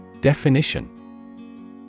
Definition